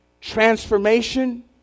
transformation